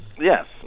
Yes